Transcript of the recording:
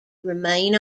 remain